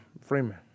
Freeman